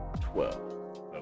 Twelve